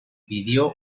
pidió